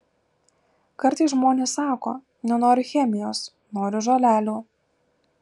kartais žmonės sako nenoriu chemijos noriu žolelių